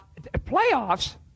Playoffs